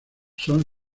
son